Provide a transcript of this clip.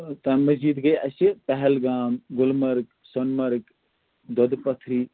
تَمہِ مٔزیٖد گٔے اَسہِ پہلگام گُلمرگ سۄنہٕ مرگ دۄدٕ پتھری